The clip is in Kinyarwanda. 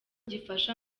gifasha